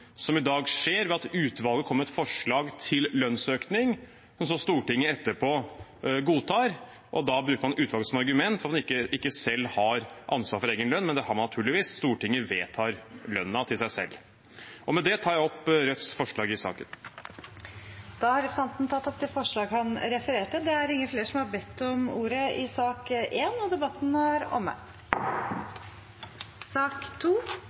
som i dag skjer ved at utvalget kommer med et forslag til lønnsøkning, som Stortinget etterpå godtar. Da bruker man utvalget som argument for at man ikke selv har ansvar for egen lønn, men det har man naturligvis. Stortinget vedtar lønnen til seg selv. Med det tar jeg opp Rødts forslag i saken. Representanten Bjørnar Moxnes har tatt opp de forslagene han refererte til. Flere har ikke bedt om ordet til sak nr. 1. Etter ønske fra utdannings- og forskningskomiteen vil presidenten ordne debatten